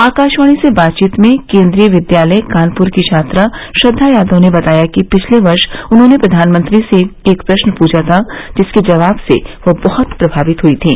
आकाशवाणी से बातचीत में केंद्रीय विद्यालय कानपुर की छात्रा श्रद्वा यादव ने बताया कि पिछले वर्ष उन्होंने प्रधानमंत्री से एक प्रश्न पूछा था जिसके जवाब से वह बहुत प्रमावित हुई थीं